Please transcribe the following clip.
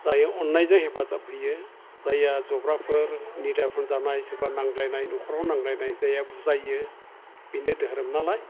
जाय अन्नायजों हेफाजाब होयो जायया जब्राफोर निदानफोर जानाय सोरबा नांलायनाय न'खराव नांलायनाय जायया बुजायो बेनो दोहोरोम नालाय